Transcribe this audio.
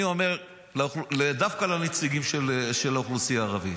אני אומר דווקא לנציגים של האוכלוסייה הערבית,